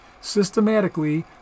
systematically